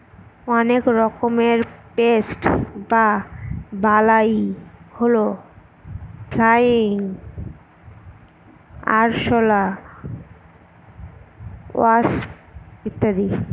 অনেক রকমের পেস্ট বা বালাই হল ফ্লাই, আরশলা, ওয়াস্প ইত্যাদি